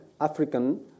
African